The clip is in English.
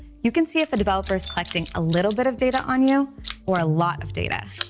you can see if the developer is collecting a little bit of data on you or a lot of data,